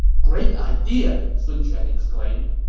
great idea! sun quan exclaimed.